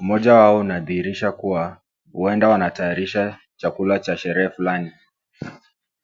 Umoja wao unadhihirisha kuwa huenda wanatayarisha chakula cha sherehe fulani.